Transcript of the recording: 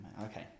Okay